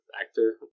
actor